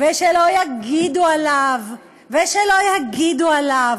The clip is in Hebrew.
ושלא יגידו עליו, ושלא יגידו עליו.